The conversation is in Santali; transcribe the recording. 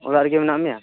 ᱚᱲᱟᱜ ᱨᱮᱜᱮ ᱢᱮᱱᱟᱜ ᱢᱮᱭᱟ